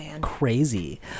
crazy